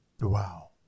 Wow